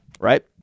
right